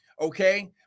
Okay